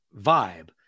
vibe